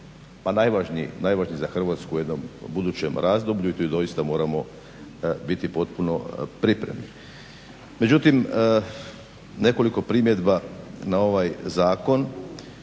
najvažniji za Hrvatsku u jednom budućem razdoblju i tu doista moramo biti potpuno pripremni. Međutim, nekoliko primjedbi na ovaj zakon.